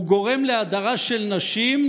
הוא גורם להדרה של נשים,